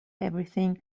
everything